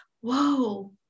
whoa